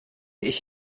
ich